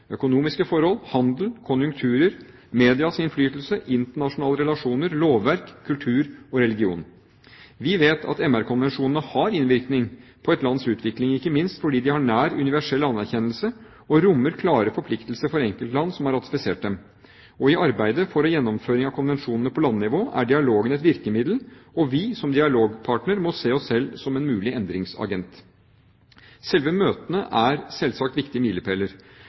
økonomiske forhold, handel, konjunkturer, medias innflytelse, internasjonale relasjoner, lovverk, kultur og religion. Vi vet at MR-konvensjonene har innvirkning på et lands utvikling, ikke minst fordi de har nær universell anerkjennelse og rommer klare forpliktelser for enkeltland som har ratifisert dem. Og i arbeidet for gjennomføring av konvensjonene på landnivå er dialogene et virkemiddel, og vi – som dialogpartner – må se oss selv som en mulig «endringsagent». Selve møtene er selvsagt viktige milepæler.